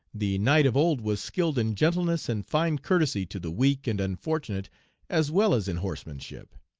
the knight of old was skilled in gentleness and fine courtesy to the weak and unfortunate as well as in horsemanship.